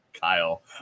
Kyle